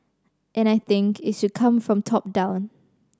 and I think it should come from top down